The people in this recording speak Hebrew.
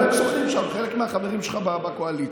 הם שוחים שם, חלק מהחברים שלך בקואליציה.